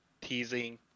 teasing